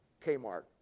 Kmart